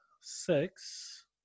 six